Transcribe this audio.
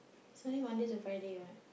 is only Mondays to Friday what